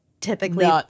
typically